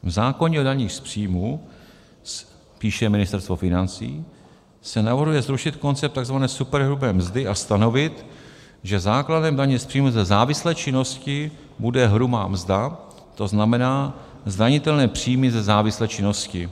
V zákoně o dani z příjmu, píše Ministerstvo financí, se navrhuje zrušit koncept takzvané superhrubé mzdy a stanovit, že základem daně z příjmu ze závislé činnosti bude hrubá mzda, to znamená zdanitelné příjmy ze závislé činnosti.